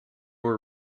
were